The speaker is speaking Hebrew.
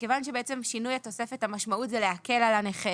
ומכיוון ששינוי התוספת, המשמעות זה להקל על הנכה